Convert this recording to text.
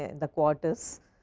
and the quarters.